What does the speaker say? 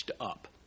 up